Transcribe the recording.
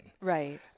Right